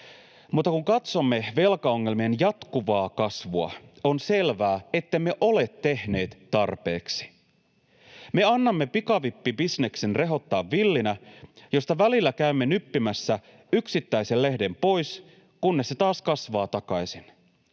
mutta kun katsomme velkaongelmien jatkuvaa kasvua, on selvää, ettemme ole tehneet tarpeeksi. Me annamme pikavippibisneksen rehottaa villinä ja välillä käymme nyppimässä siitä yksittäisen lehden pois, kunnes se taas kasvaa takaisin.